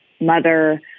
mother